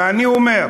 ואני אומר,